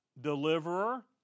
deliverer